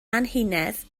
anhunedd